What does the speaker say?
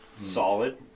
Solid